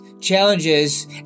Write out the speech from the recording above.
challenges